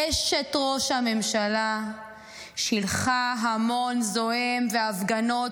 אשת ראש הממשלה שילחה המון זועם והפגנות